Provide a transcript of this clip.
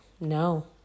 no